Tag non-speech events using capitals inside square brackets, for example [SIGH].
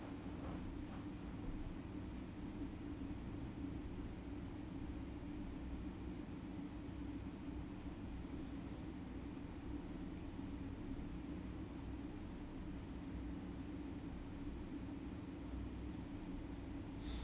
[LAUGHS]